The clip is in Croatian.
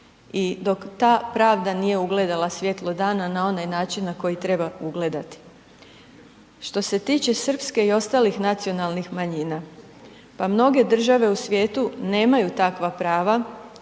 i dok ta pravda nije ugledala svjetlo dana na onaj način na koji treba ugledati. Što se tiče srpske i ostalih nacionalnih manjina, pa mnoge države u svijetu nemaju takva prava